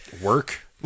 work